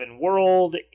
world